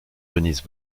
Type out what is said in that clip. denise